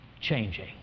changing